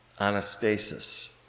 anastasis